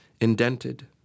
indented